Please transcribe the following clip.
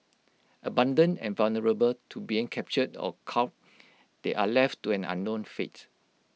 abandoned and vulnerable to being captured or call they are left to an unknown fate